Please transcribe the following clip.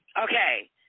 Okay